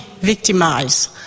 victimized